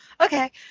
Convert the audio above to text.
Okay